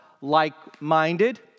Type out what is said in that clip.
Like-minded